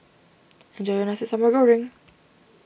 enjoy your Nasi Sambal Goreng